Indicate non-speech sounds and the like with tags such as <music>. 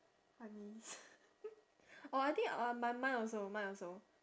honey <laughs> oh I think uh mi~ mine also mine also